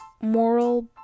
moral